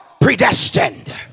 predestined